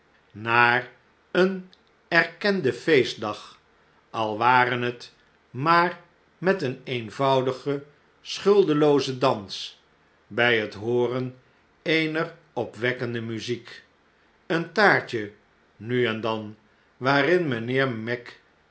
naar een erkenden feestdag al ware het maar met een eenvoudigen schuldeloozen dans bij het hooren eener opwekkendemuziek een taartje nu en dan waarin mijnheer mac